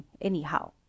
anyhow